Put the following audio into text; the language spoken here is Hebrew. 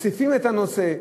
מציפים את הנושא,